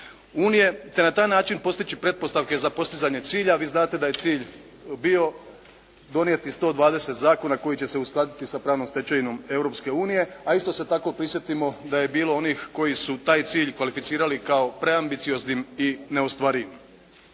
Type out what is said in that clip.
unije te na taj način postići pretpostavke za postizanje cilja, a vi znate da je cilj bio donijeti 120 zakona koji će se uskladiti sa pravnom stečevinom Europske unije, a isto se tako prisjetimo da je bilo onih koji su taj cilj kvalificirali kao preambicioznim i neostvarivim.